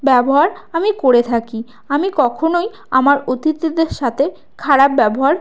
ব্যবহার আমি করে থাকি আমি কখনোই আমার অতিথিদের সাথে খারাপ ব্যবহার